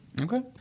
Okay